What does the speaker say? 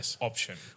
option